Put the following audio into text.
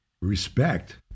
respect